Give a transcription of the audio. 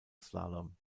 slalom